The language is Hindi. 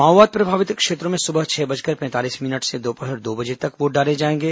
माओवाद प्रभावित क्षेत्रों में सुबह छह बजकर पैंतालीस मिनट से दोपहर दो बजे तक वोट डाले जाएंगे